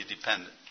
dependent